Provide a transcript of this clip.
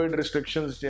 restrictions